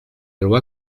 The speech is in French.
loi